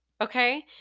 okay